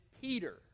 Peter